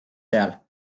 seal